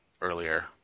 earlier